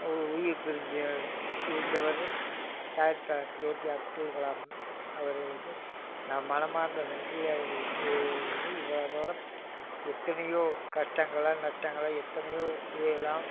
உ உயிர் பிரிஞ்சு பிரிந்தவர் டாக்டர் ஏபி அப்துல்கலாம் அவர்களுக்கு நான் மனமார்ந்த நன்றியை அவருக்கு தெரி இவ்வளோ தூரம் எத்தனையோ கஷ்டங்களை நஷ்டங்களை எத்தனையோ இது எல்லாம்